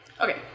Okay